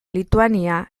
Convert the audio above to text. lituania